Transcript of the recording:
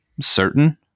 certain